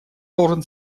должен